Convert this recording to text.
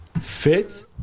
fit